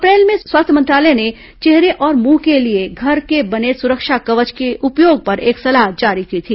अप्रैल में स्वास्थ्य मंत्रालय ने चेहरे और मुंह के लिए घर के बने सुरक्षा कवच के उपयोग पर एक सलाह जारी की थी